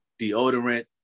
deodorant